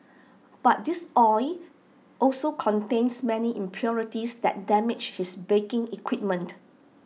but this oil also contains many impurities that damage his baking equipment